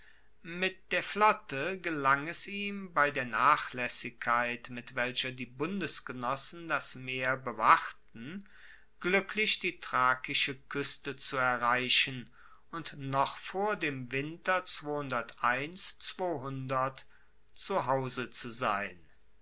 mit der flotte gelang es ihm bei der nachlaessigkeit mit welcher die bundesgenossen das meer bewachten gluecklich die thrakische kueste zu erreichen und noch vor dem winter zu hause zu sein